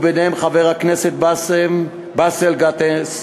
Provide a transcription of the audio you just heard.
וביניהם חבר הכנסת באסל גטאס,